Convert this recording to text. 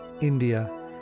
India